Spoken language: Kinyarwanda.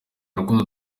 rukundo